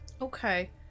Okay